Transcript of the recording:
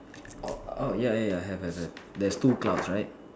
orh oh ya ya ya ya have have have there's two clouds right